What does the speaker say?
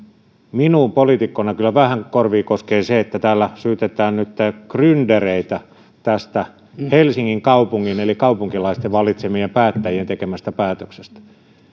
minulla poliitikkona kyllä vähän korviin koskee se että täällä syytetään nytten gryndereitä tästä helsingin kaupungin eli kaupunkilaisten valitsemien päättäjien tekemästä päätöksestä